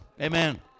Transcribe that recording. Amen